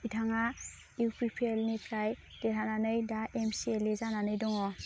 बिथाङा इउपिपिएलनिफ्राय देरहानानै दा एम सि एल ए जानानै दङ